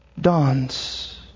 dawns